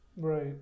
Right